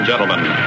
Gentlemen